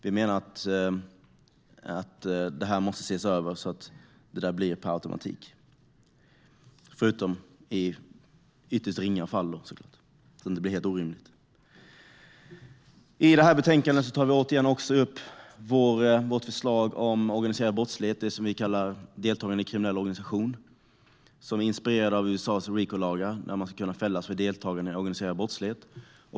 Vi menar att detta måste ses över, så att återgång till straffet sker med automatik utom i ytterst ringa fall, då det är helt orimligt. I betänkandet tar vi också upp vårt förslag som gäller organiserad brottslighet, det som vi kallar deltagande i kriminell organisation, som är inspirerad av USA:s RICO-lag, som innebär att man ska kunna fällas för deltagande i organiserad brottslighet.